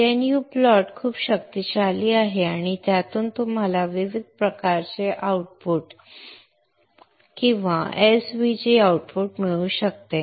gnu plot खूप शक्तिशाली आहे आणि त्यातून तुम्हाला विविध प्रकारचे आउटपुट किंवा svg आउटपुट मिळू शकते